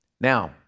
Now